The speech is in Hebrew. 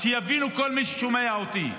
אז שיבינו כל מי ששומע אותי,